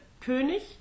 König